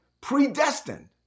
predestined